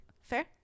Fair